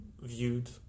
viewed